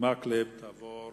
מקלב תועבר